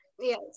yes